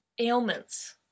Ailments